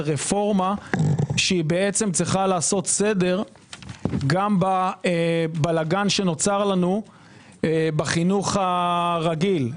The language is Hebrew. זה רפורמה שצריכה לעשות סדר גם בבלגאן שנוצר לנו בחינוך הרגיל,